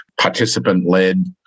participant-led